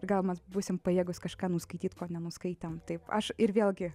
ir gal mes būsim pajėgūs kažką nuskaityt ko nenuskaitėm taip aš ir vėlgi